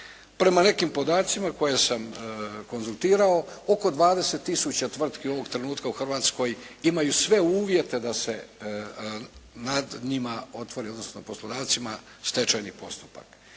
Prema nekim podacima koje sam konzultirao oko 20000 tvrtki u ovog trenutka u Hrvatskoj imaju sve uvjete da se nad njima otvori, odnosno poslodavcima stečajni postupak.